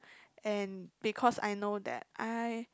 and because I know that I